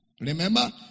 Remember